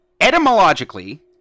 Etymologically